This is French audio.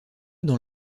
dans